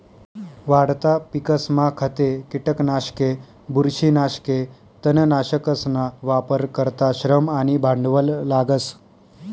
वाढता पिकसमा खते, किटकनाशके, बुरशीनाशके, तणनाशकसना वापर करता श्रम आणि भांडवल लागस